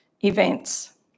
events